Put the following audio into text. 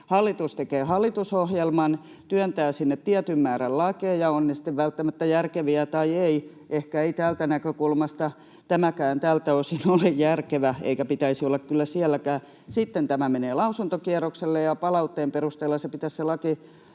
hallitus tekee hallitusohjelman, työntää sinne tietyn määrän lakeja, ovat ne sitten välttämättä järkeviä tai eivät — ehkä ei täältä näkökulmasta tämäkään tältä osin ole järkevä eikä pitäisi kyllä olla sieltäkään — sitten tämä menee lausuntokierrokselle, ja palautteen perusteella pitäisi se